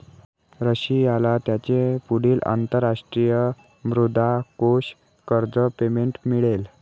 रशियाला त्याचे पुढील अंतरराष्ट्रीय मुद्रा कोष कर्ज पेमेंट मिळेल